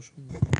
לא שומעים.